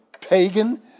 pagan